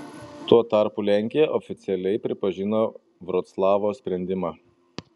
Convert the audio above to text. tuo tarpu lenkija oficialiai pripažino vroclavo sprendimą